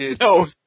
No